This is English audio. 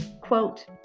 quote